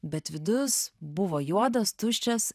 bet vidus buvo juodas tuščias